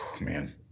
Man